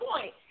point